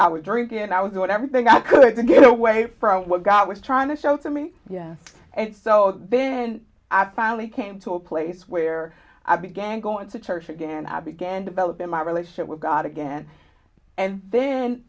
i was drinking and i was about everything i could to get away from what god was trying to show to me and so then i finally came to a place where i began going to church again i began developing my relationship with god again and then